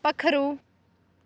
पक्खरू